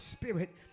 spirit